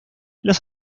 las